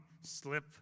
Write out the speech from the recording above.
slip